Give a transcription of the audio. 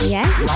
Yes